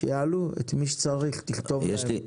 שיעלו את מי שצריך, תכתוב להם.